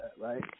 right